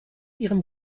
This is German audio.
ihrem